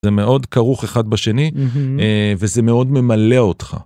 זה מאוד כרוך אחד בשני, וזה מאוד ממלא אותך.